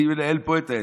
אני מנהל פה את העסק,